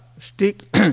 stick